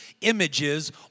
images